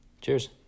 Cheers